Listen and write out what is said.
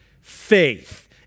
faith